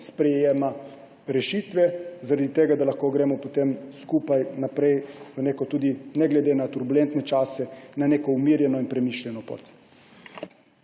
sprejema rešitve, zaradi tega da lahko gremo potem skupaj naprej, ne glede na turbulentne čase, na neko umirjeno in premišljeno pot.